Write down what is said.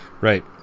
Right